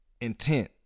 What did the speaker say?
intent